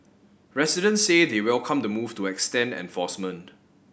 residents say they welcome the move to extend enforcement